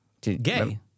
gay